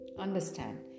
Understand